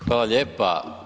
Hvala lijepa.